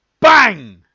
Bang